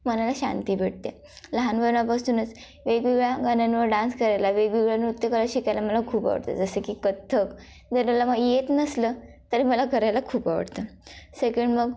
मनाला शांती भेटते लहानपणापासूनच वेगवेगळ्या गाण्यांवर डान्स करायला वेगवेगळ्या नृत्यकला शिकायला मला खूप आवडतं जसं की कथ्थक जर मला येत नसलं तरी मला करायला खूप आवडतं सेकंड मग